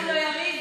אמרתי לו: יריב,